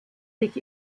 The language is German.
sich